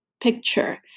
picture